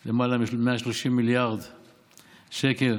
של למעלה מ-130 מיליארד שקל.